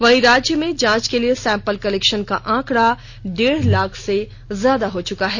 वहीं राज्य में जांच के लिए सैंपल कलेक्शन का आंकड़ा डेढ़ लाख से ज्यादा हो चुका है